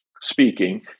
speaking